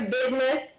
Business